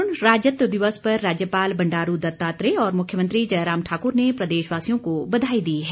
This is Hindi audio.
पूर्ण राज्यत्व दिवस पर राज्यपाल बंडारू दत्तात्रेय और मुख्यमंत्री जयराम ठाक्र ने प्रदेशवासियों को बधाई दी है